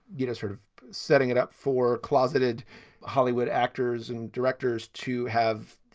you know, sort of setting it up for closeted hollywood actors and directors to have,